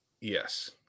Yes